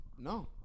No